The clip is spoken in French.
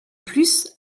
plus